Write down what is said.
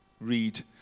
read